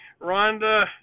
Rhonda